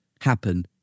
happen